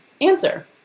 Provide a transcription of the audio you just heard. answer